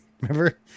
Remember